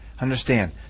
Understand